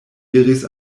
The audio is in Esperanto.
iris